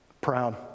Proud